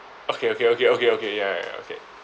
okay okay okay okay okay ya ya ya okay